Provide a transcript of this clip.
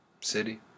City